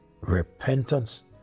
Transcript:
repentance